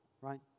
right